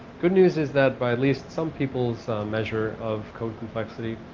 good news is that, by at least some people's measure of code complexity